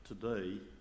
today